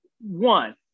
one